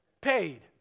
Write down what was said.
paid